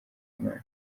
w’imana